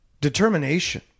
determination